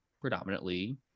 predominantly